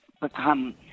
become